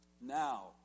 Now